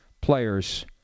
players